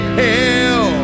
hell